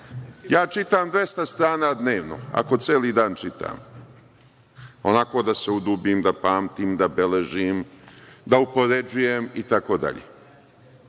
Ja čitam 200 strana dnevno, ako celi dan čitam, onako da se udubim, da pamtim, da beležim, da upoređujem itd.